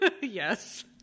Yes